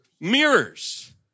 Mirrors